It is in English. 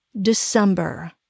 December